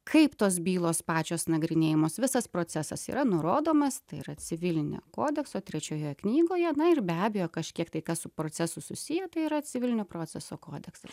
kaip tos bylos pačios nagrinėjamos visas procesas yra nurodomas tai yra civilinio kodekso trečiojoje knygoje na ir be abejo kažkiek tai kas su procesu susiję tai yra civilinio proceso kodeksas